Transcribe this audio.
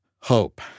Hope